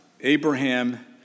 Abraham